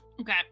Okay